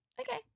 okay